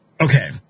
okay